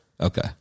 Okay